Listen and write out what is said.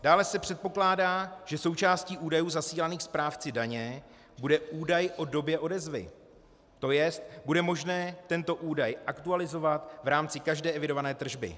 Dále se předpokládá, že součástí údajů zasílaných správci daně bude údaj o době odezvy, to jest bude možné tento údaj aktualizovat v rámci každé evidované tržby.